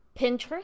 Pinterest